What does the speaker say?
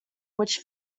which